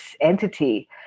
entity